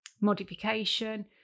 modification